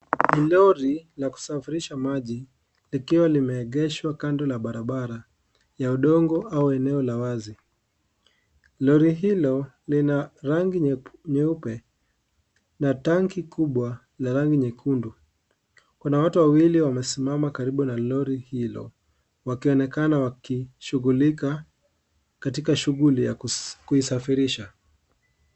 Lori la kusafirisha maji, likiwa limeegeshwa kando la barabara ya udongo au eneo la wazi. Lori hilo lina rangi nyeku, nyeupe, na tangi kubwa la rangi nyekundu. Kuna watu wawili wamesimama karibu na lori hilo, wakionekana wakishughulika katika shughuli ya kuisafirisha.